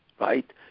right